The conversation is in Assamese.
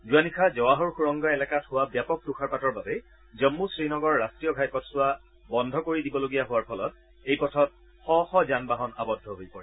যোৱা নিশা জৱাহৰ সুৰংগ এলেকাত হোৱা ব্যাপক তুযাৰপাতৰ বাবে জন্মু শ্ৰীনগৰ ৰাষ্ট্ৰীয় ঘাইপথছোৱা বন্ধ কৰি দিবলগীয়া হোৱাৰ ফলত এই পথত শ শ যানবাহন আৱদ্ধ হৈ পৰে